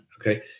Okay